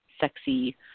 sexy